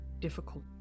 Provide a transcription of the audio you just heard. difficult